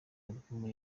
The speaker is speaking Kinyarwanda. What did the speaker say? alubumu